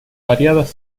variadas